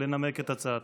לנמק את הצעתו.